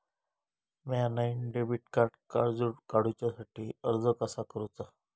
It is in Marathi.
म्या नईन डेबिट कार्ड काडुच्या साठी अर्ज कसा करूचा?